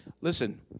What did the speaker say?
listen